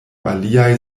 aliaj